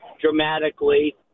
dramatically